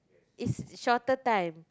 is shorter time